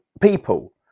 people